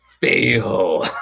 Fail